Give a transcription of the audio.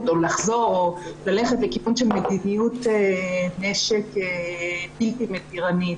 או ללכת לכיוון של מדיניות נשק בלתי-מתירנית.